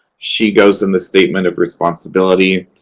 she goes in the statement of responsibility.